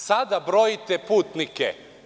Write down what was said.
Sada brojite putnike.